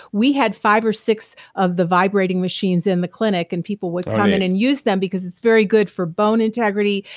we had five or six of the vibrating machines in the clinic and people would come in and use them because it's very good for bone integrity.